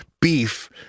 beef